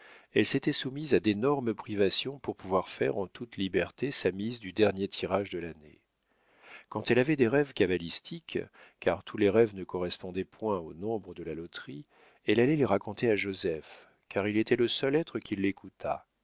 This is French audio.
elle s'était soumise à d'énormes privations pour pouvoir faire en toute liberté sa mise du dernier tirage de l'année quand elle avait des rêves cabalistiques car tous les rêves ne correspondaient point aux nombres de la loterie elle allait les raconter à joseph car il était le seul être qui l'écoutât